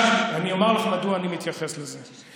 אני אומר לך מדוע אני מתייחס לזה,